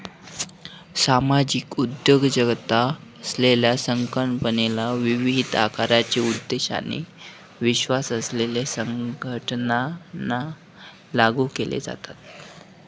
सामाजिक उद्योजकता असलेल्या संकल्पनेला विविध आकाराचे उद्देश आणि विश्वास असलेल्या संघटनांना लागू केले जाते